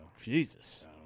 Jesus